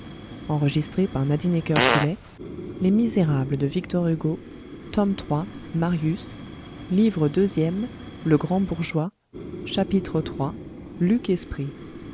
gavroche livre deuxième le grand bourgeois chapitre i